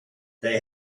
they